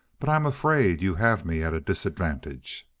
but i'm afraid you have me at a disadvantage.